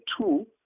two